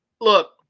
look